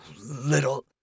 little